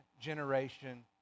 generation